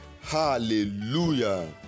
Hallelujah